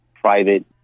private